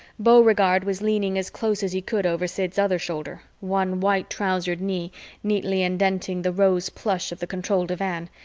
beauregard was leaning as close as he could over sid's other shoulder, one white-trousered knee neatly indenting the rose plush of the control divan,